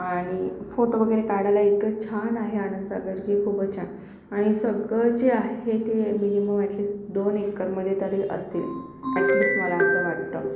आणि फोटो वगैरे काढायला इतकं छान आहे आनंदसागर की खूपच छान आणि सगळं जे आहे ते मिनिमम ॲटलिस्ट दोन एकरमध्ये तरी असतील ॲटलिस्ट मला असं वाटतं